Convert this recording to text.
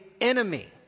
enemy